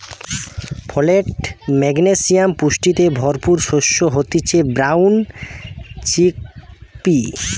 folate, magnesium পুষ্টিতে ভরপুর শস্য হতিছে ব্রাউন চিকপি